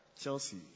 Chelsea